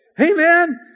Amen